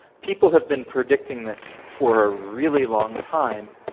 people have been predicting this for a really long time.